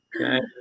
Okay